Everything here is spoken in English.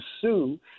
sue